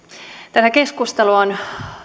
tätä keskustelua on